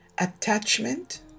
attachment